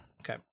Okay